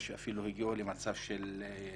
או שהם אפילו הגיעו למצב של פש"ר.